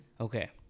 Okay